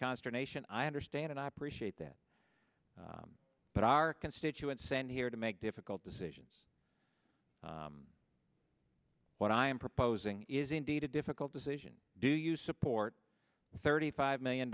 consternation i understand and i appreciate that but our constituents and here to make difficult decisions what i am proposing is indeed a difficult decision do you support the thirty five million